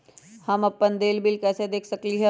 हम अपन देल बिल कैसे देख सकली ह?